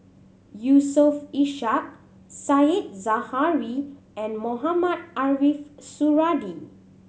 Yusof Ishak Said Zahari and Mohamed Ariff Suradi